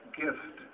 gift